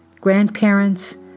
grandparents